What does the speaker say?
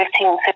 15